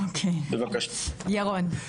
אוקיי, ירון.